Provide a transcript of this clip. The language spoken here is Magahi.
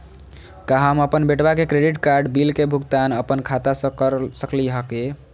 का हम अपन बेटवा के क्रेडिट कार्ड बिल के भुगतान अपन खाता स कर सकली का हे?